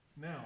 now